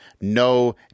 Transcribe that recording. no